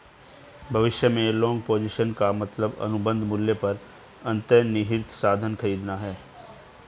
भविष्य में long position का मतलब अनुबंध मूल्य पर अंतर्निहित साधन खरीदना है